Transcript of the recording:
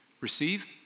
Receive